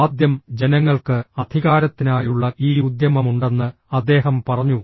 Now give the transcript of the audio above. ആദ്യം ജനങ്ങൾക്ക് അധികാരത്തിനായുള്ള ഈ ഉദ്യമമുണ്ടെന്ന് അദ്ദേഹം പറഞ്ഞു